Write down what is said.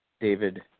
David